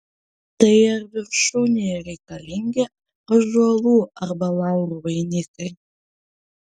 tai ar viršūnėje reikalingi ąžuolų arba laurų vainikai